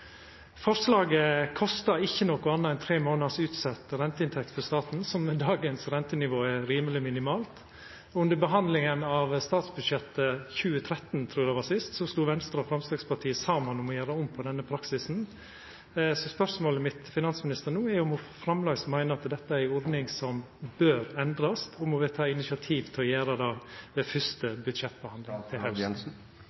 Forslaget kostar ikkje noko anna enn tre månaders utsett renteinntekt for staten, som med dagens rentenivå er rimeleg minimalt. Under behandlinga av statsbudsjettet for 2013 – trur eg det var – stod Venstre og Framstegspartiet saman om å gjera om på denne praksisen, så spørsmålet mitt til finansministeren no er om ho framleis meiner at dette er ei ordning som bør endrast, og om ho vil ta initiativ til å gjera det ved